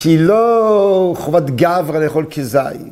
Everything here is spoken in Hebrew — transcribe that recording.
‫כי לא חובת גברא לאכול כזית.